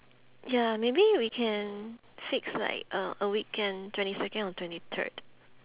ya maybe we can fix like a a weekend twenty second or twenty third